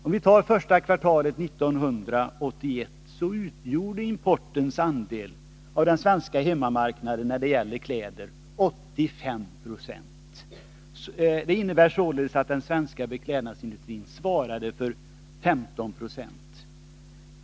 Om vi tar första kvartalet 1981, finner vi att importens andel av den svenska hemmamarknaden när det gäller kläder utgjorde 85 26. Det innebär således att den svenska beklädnadsindustrin svarade för 15 96.